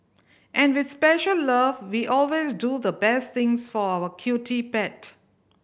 and with special love we always do the best things for our cutie pet